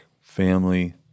family